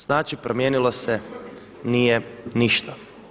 Znači promijenilo se nije ništa.